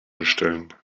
bestellen